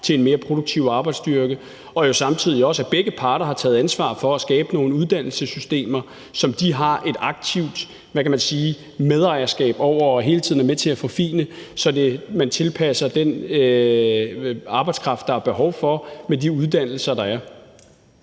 til en mere produktiv arbejdsstyrke, og samtidig også at begge parter har taget ansvar for at skabe nogle uddannelsessystemer, som de har et aktivt medejerskab af og hele tiden er med til at forfine, så man tilpasser den arbejdskraft, der er behov for, med de uddannelser, der er.